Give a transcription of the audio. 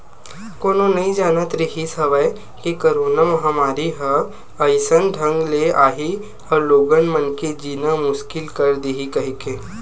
कोनो नइ जानत रिहिस हवय के करोना महामारी ह अइसन ढंग ले आही अउ लोगन मन के जीना मुसकिल कर दिही कहिके